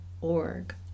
org